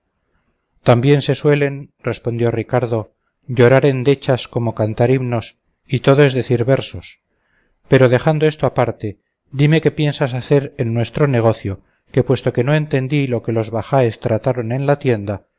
también se suelen respondió ricardo llorar endechas como cantar himnos y todo es decir versos pero dejando esto aparte dime qué piensas hacer en nuestro negocio que puesto que no entendí lo que los bajáes trataron en la tienda